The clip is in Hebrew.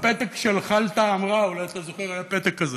הפתק של חל-טעם רע, אולי אתה זוכר, היה פתק כזה.